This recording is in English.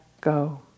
go